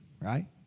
right